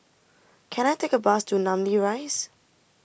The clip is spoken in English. can I take a bus to Namly Rise